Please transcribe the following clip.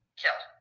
kill